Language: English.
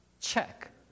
check